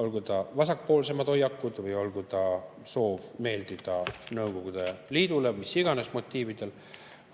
olgu vasakpoolsemad hoiakud või olgu soov meeldida Nõukogude Liidule, mis iganes motiividel –